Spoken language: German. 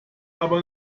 aber